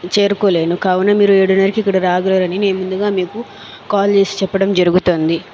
చేరుకోలేను కావున మీరు ఏడు గంటలకి ఇక్కడికి రాగలరని ముందుగా మీకు కాల్ చేసి చెప్పడం జరుగుతుంది